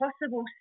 possible